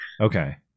Okay